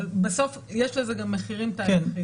אבל בסוף יש לזה גם מחירים תהליכיים.